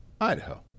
Idaho